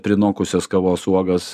prinokusias kavos uogas